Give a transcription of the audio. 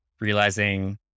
realizing